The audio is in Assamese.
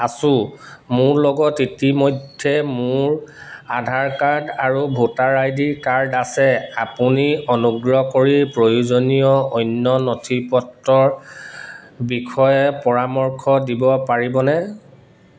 আছোঁ মোৰ লগত ইতিমধ্যে মোৰ আধাৰ কাৰ্ড আৰু ভোটাৰ আই ডি কাৰ্ড আছে আপুনি অনুগ্ৰহ কৰি প্ৰয়োজনীয় অন্য নথিপত্ৰৰ বিষয়ে পৰামৰ্শ দিব পাৰিবনে